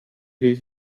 due